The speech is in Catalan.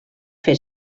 fer